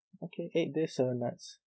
okay eight days seven nights